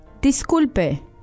disculpe